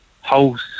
house